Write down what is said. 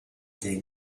des